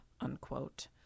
unquote